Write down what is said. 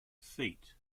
feet